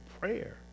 prayer